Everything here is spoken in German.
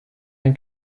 ein